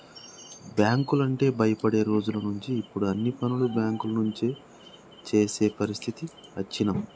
బ్యేంకులంటే భయపడే రోజులనుంచి ఇప్పుడు అన్ని పనులు బ్యేంకుల నుంచే జేసే పరిస్థితికి అచ్చినం